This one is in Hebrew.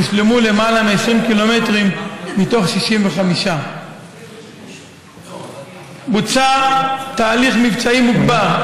והושלמו למעלה מ-20 קילומטרים מתוך 65. בוצע תהליך מבצעי מוגבר,